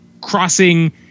crossing